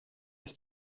ist